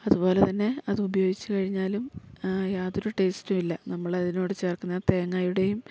അതുപോലെ തന്നെ അതുപയോഗിച്ച് കഴിഞ്ഞാലും യാതൊരു ടെസ്റ്റും ഇല്ല നമ്മളതിനോട് ചേർക്കുന്ന തേങ്ങായുടെയും